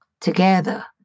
together